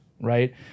right